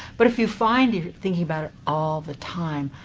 but if you find you're thinking about it all the time,